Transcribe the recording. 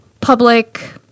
public